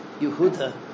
Yehuda